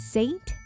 Saint